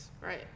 Right